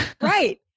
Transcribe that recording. Right